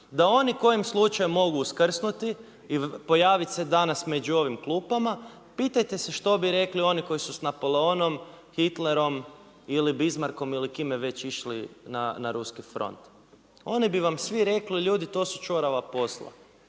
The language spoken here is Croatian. da oni kojim slučajem mogu uskrsnuti i pojaviti se danas među ovim klupama, pitajte se što bi rekli oni koji su s Napoleonom, Hitlerom ili Bismarckom ili kime već išli na ruski front. Oni bi vam svi rekli, ljudi to su čorava posla.